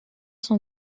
sont